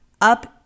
up